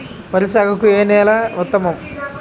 వరి సాగుకు ఏ నేల ఉత్తమం?